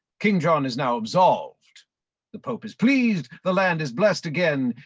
king john is now absolved the pope is pleased, the land is blessed again,